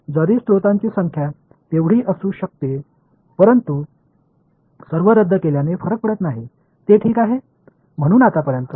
எனவே நான் இங்கே வேறு ஒரு பொருளை கொண்டிருக்கலாம் எந்த பிரச்சனையும் இல்லைஎப்சிலன் என்ற வரையறையில் நான் இதைச் சேர்க்க வேண்டும் இது மிகவும் பொதுவானது